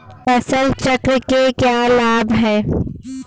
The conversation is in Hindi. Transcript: फसल चक्र के क्या लाभ हैं?